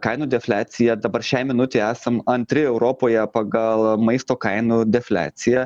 kainų defliacija dabar šiai minutei esam antri europoje pagal maisto kainų defliaciją